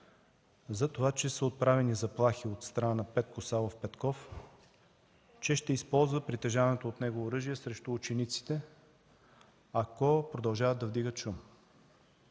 за това, че са отправени заплахи от страна на Петко Савов Петков, че ще използва притежаваното от него оръжие срещу учениците, ако продължават да вдигат шум.